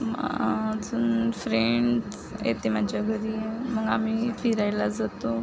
मग अजून फ्रेंड्स येते माझ्या घरी मग आम्ही फिरायला जातो